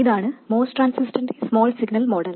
ഇതാണ് MOS ട്രാൻസിസ്റ്ററിന്റെ small signal model